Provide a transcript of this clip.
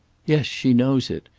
yes, she knows it.